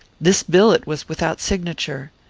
this billet was without signature.